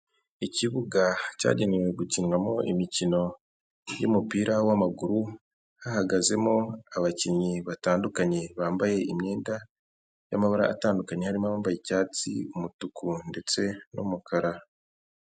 Ikibuga cyagenewe gukinwamo imikino y'umupira w'amaguru, hahagazemo abakinnyi batandukanye bambaye imyenda y'amabara atandukanye, harimo abambaye icyatsi, umutuku ndetse n'umukara.